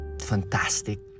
fantastic